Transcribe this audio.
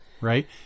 Right